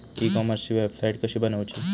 E कॉमर्सची website कशी बनवची?